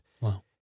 Wow